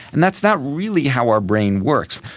and that's not really how our brain works.